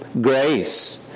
grace